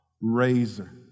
razor